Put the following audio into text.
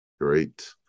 Great